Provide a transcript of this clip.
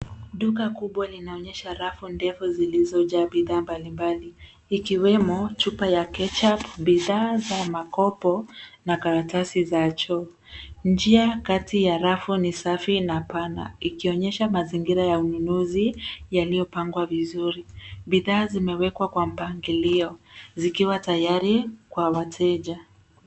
Duka kubwa linaonyesha rafu ndefu zilizojaa bidhaa mbalimbali ikiwemo chupa ya kechup, bidhaa za makopo na karatasi za choo. Njia kati ya rafu ni safi na pana ikionyesha mazingira ya ununuzi yaliyopangwa vizuri. Bidhaa zimewekwa kwa mpangilio zikiwa tayari kwa wateja.